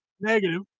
negative